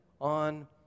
on